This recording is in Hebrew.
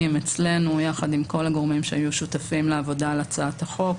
אצלנו יחד עם כל הגורמים שהיו שותפים לעבודה על הצעת החוק